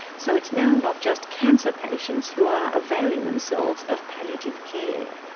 so it's now not just cancer patients who are availing themselves of palliative care.